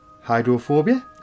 Hydrophobia